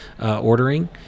ordering